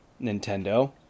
Nintendo